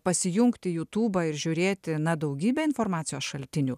pasijungti jutūbą ir žiūrėti na daugybę informacijos šaltinių